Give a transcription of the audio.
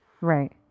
Right